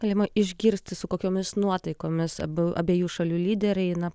galima išgirsti su kokiomis nuotaikomis abu abiejų šalių lyderiai eina